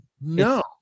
no